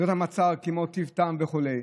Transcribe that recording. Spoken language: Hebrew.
כמו טיב טעם וכו',